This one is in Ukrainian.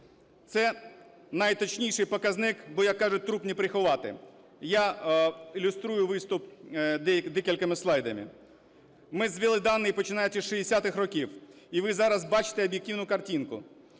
Це найточніший показник, бо, як кажуть, труп не приховати. Я ілюструю виступ декількома слайдами. Ми звели дані, починаючи з 60-х років, і ви зараз бачите об'єктивну картинку: